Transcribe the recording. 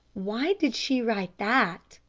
why did she write that?